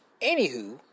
anywho